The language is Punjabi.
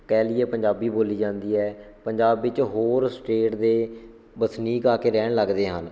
ਕਹਿ ਲਈਏ ਪੰਜਾਬੀ ਬੋਲੀ ਜਾਂਦੀ ਹੈ ਪੰਜਾਬ ਵਿੱਚ ਹੋਰ ਸਟੇਟ ਦੇ ਵਸਨੀਕ ਆ ਕੇ ਰਹਿਣ ਲੱਗਦੇ ਹਨ